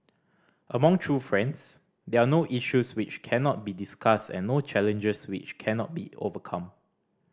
among true friends there are no issues which cannot be discussed and no challenges which cannot be overcome